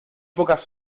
pocas